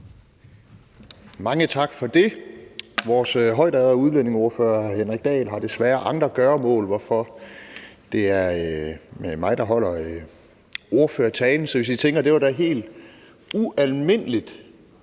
Mange tak for det. Vores højtærede udlændingeordfører, hr. Henrik Dahl, har desværre andre gøremål, hvorfor det er mig, der holder ordførertalen. Så hvis I tænker, at det er helt ualmindelig